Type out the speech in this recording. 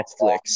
Netflix